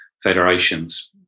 federations